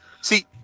see